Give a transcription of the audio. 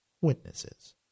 witnesses